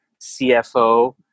CFO